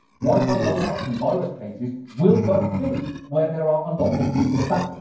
wi-fi rollouts and virus cases will both be where there are a lot of people. in fact,